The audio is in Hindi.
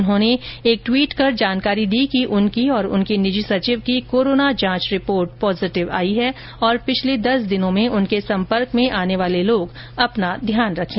उन्होंने एक ट्वीट कर जानकारी दी कि उनकी और उनके निजी सचिव की कोरोना जांच रिपोर्ट पॉजिटिव आई है और पिछले दस दिनों में उनके संपर्क में आने वाले लोग अपना ध्यान रखें